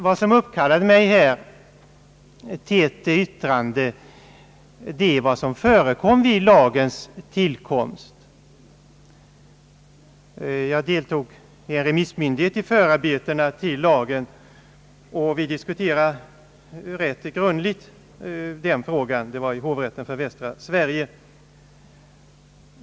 Vad som uppkallade mig till ett yttrande är vad som förekom vid lagens tillkomst. Vid förarbetena till lagen deltog jag i en remissmyndighets överläggningar; det var i hovrätten för västra Sverige.